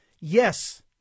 Yes